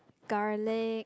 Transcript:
garlic